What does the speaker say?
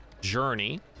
journey